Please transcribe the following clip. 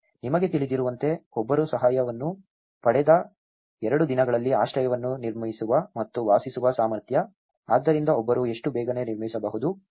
ನಿಮಗೆ ತಿಳಿದಿರುವಂತೆ ಒಬ್ಬರು ಸಹಾಯವನ್ನು ಪಡೆದ ಎರಡು ದಿನಗಳಲ್ಲಿ ಆಶ್ರಯವನ್ನು ನಿರ್ಮಿಸುವ ಮತ್ತು ವಾಸಿಸುವ ಸಾಮರ್ಥ್ಯ ಆದ್ದರಿಂದ ಒಬ್ಬರು ಎಷ್ಟು ಬೇಗನೆ ನಿರ್ಮಿಸಬಹುದು